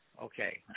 Okay